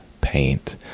paint